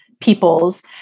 peoples